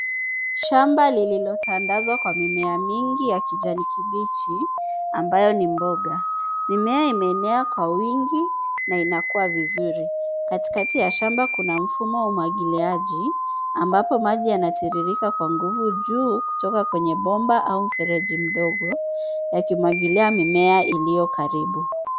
Shamba lililotandazwa kwa mimea mingi ya kijani kibichi ambayo ni mboga. Mimea imeenea kwa wingi na inakua vizuri. Katikati ya shamba kuna mfumo wa umwagiliaji ambapo maji yanatiririka kwa nguvu juu kutoka kwenye bomba au mfereji mdogo yakimwagilia mimea iliyo karibu.